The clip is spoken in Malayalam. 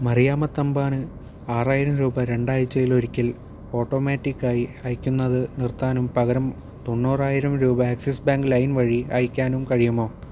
മറിയാമ്മ തമ്പാന് ആറായിരം രൂപ രണ്ടാഴ്ച്ചയിലൊരിക്കൽ ഓട്ടോമാറ്റിക്കായി അയയ്ക്കുന്നത് നിർത്താനും പകരം തൊണ്ണൂറായിരം രൂപ ആക്സിസ് ബാങ്ക് ലൈൻ വഴി അയയ്ക്കാനും കഴിയുമോ